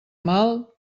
mal